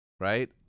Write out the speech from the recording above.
right